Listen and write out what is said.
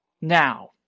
Now